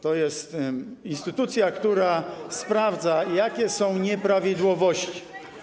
To jest instytucja, która sprawdza, jakie są nieprawidłowości.